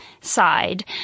side